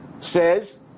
says